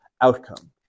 outcome